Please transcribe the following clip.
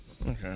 Okay